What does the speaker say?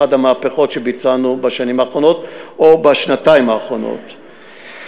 אחת המהפכות שביצענו בשנים האחרונות או בשנתיים האחרונות.